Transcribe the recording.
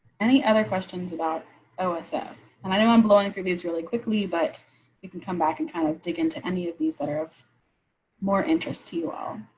any other questions about osf so and i know i'm blowing through these really quickly, but you can come back and kind of dig into any of these that are of more interest to you all.